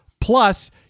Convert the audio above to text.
Plus